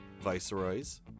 viceroys